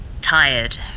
tired